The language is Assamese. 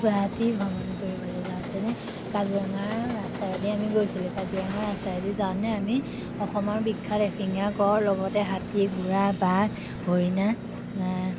গুৱাহাটী ভ্ৰমণ কৰিবলৈ যাওঁতেনে কাজিৰঙা ৰাস্তাইদি আমি গৈছিলোঁ কাজিৰঙা ৰাস্তাইদি যাওঁতেনে আমি অসমৰ বিখ্যাত এশিঙীয়া গঁড় লগতে হাতী ঘোঁৰা বাঘ হৰিণা